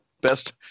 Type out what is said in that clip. Best